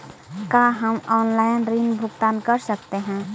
का हम आनलाइन ऋण भुगतान कर सकते हैं?